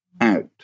out